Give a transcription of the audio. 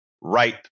right